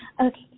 Okay